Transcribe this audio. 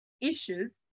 issues